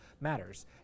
matters